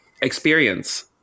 experience